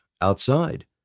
outside